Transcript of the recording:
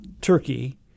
turkey